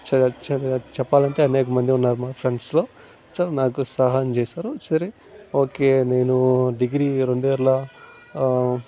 చె చె చెప్పాలంటే అనేకమంది ఉన్నారు మా ఫ్రెండ్స్లో సో నాకు సహాయం చేసారు సరే ఓకే నేను డిగ్రీ రెండు ఇయర్ల